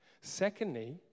Secondly